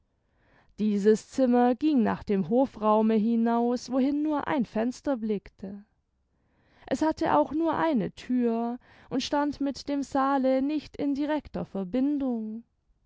dieses zimmer ging nach dem hofraume hinaus wohin nur ein fenster blickte es hatte auch nur eine thür und stand mit dem saale nicht in directer verbindung